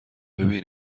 ببین